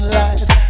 life